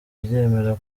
ryemera